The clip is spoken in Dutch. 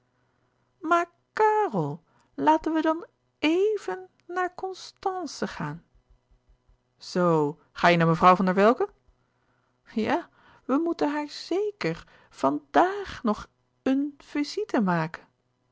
maar karel laten we dan e v e n naar constànce gaan zoo ga je naar mevrouw van der welcke ja we moeten haar z e k e r vandàag nog éen visite maken